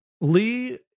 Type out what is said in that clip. Lee